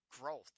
growth